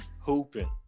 Hooping